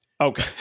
Okay